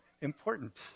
important